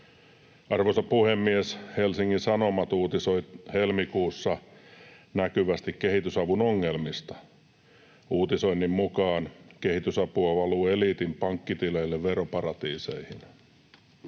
Arvoisa puhemies! Helsingin Sanomat uutisoi helmikuussa näkyvästi kehitysavun ongelmista. Uutisoinnin mukaan: ”Kehitysapua valuu eliitin pankkitileille veroparatiiseihin: